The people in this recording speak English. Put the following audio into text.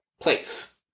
place